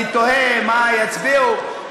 אני תוהה מה יצביעו.